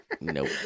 Nope